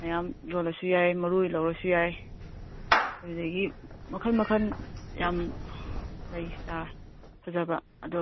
ꯃꯌꯥꯝ ꯌꯣꯜꯂꯁꯨ ꯌꯥꯏ ꯃꯔꯨ ꯑꯣꯏ ꯂꯧꯔꯁꯨ ꯌꯥꯏ ꯑꯗꯨꯗꯒꯤ ꯃꯈꯟ ꯃꯈꯟ ꯌꯥꯝ ꯂꯩ ꯆꯥꯔ ꯐꯖꯕ ꯑꯗꯣ